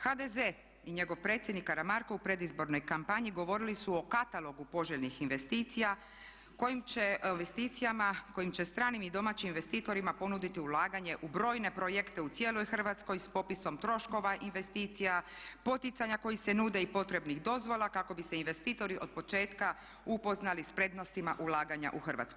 HDZ i njegov predsjednik Karamarko u predizbornoj kampanji govorili su o katalogu poželjnih investicija, kojim će stranim i domaćim investitorima ponuditi ulaganje u brojne projekte u cijeloj Hrvatskoj s popisom troškova investicija, poticanja koji se nude i potrebnih dozvola kako bi se investitori od početka upoznali sa prednostima ulaganja u Hrvatsku.